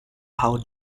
how